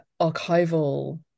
archival